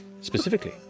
specifically